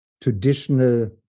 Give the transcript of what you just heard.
traditional